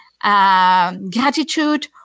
gratitude